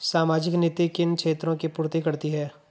सामाजिक नीति किन क्षेत्रों की पूर्ति करती है?